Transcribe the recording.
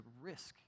risk